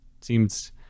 seems